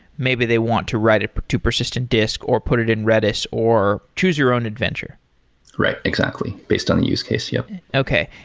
maybe they want to write it to persistent disk or put it in redis, or choose-your-own-adventure right, exactly based on a use case. yeah okay.